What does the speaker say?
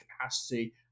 capacity